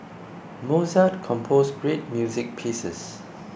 Mozart composed great music pieces